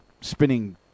spinning